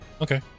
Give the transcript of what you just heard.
Okay